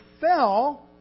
fell